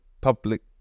public